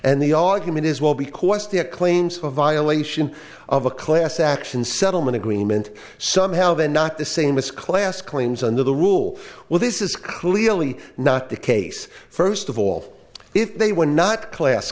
and the argument is well because the a claims a violation of a class action settlement agreement somehow and not the same as class claims under the rule well this is clearly not the case first of all if they were not class